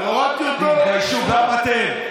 תתביישו גם אתם.